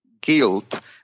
guilt